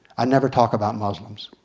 i never talk about muslims.